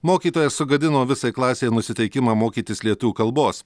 mokytoja sugadino visai klasei nusiteikimą mokytis lietuvių kalbos